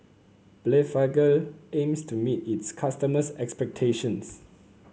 blephagel aims to meet its customers' expectations